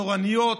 תורניות,